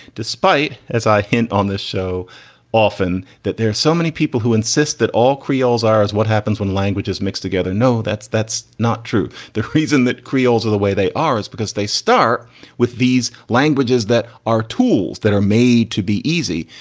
despite as i hint on this so often that there are so many people who insist that all creoles are is what happens when language is mixed together. no, that's that's not true. the reason that creoles are the way they are is because they start with these languages that are tools that are made to be easy.